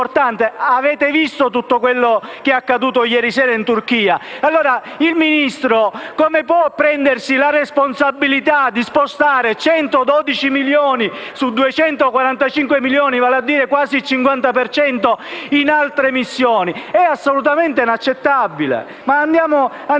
avete visto tutti quello che è accaduto ieri sera in Turchia - come può il Ministro prendersi la responsabilità di spostare 112 milioni su 245 (vale a dire quasi il 50 per cento) su altre missioni? È assolutamente inaccettabile! Ma andiamo avanti.